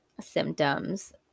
symptoms